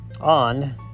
On